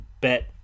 bet